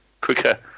quicker